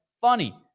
Funny